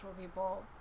people